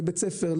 לבית ספר,